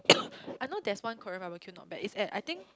I know there's one Korean barbeque not bad it's at I think